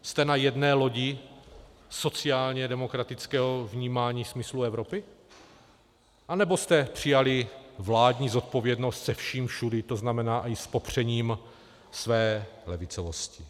Jste na jedné lodi sociálně demokratického vnímání smyslu Evropy, anebo jste přijali vládní zodpovědnost se vším všudy, to znamená i s popřením své levicovosti?